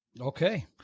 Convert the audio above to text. okay